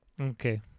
okay